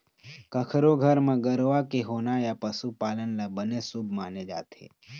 कखरो घर म गरूवा के होना या पशु पालन ल बने शुभ माने जाथे